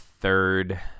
third